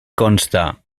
consta